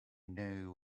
knew